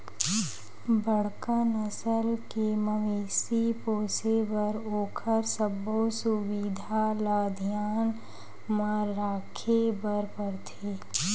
बड़का नसल के मवेशी पोसे बर ओखर सबो सुबिधा ल धियान म राखे बर परथे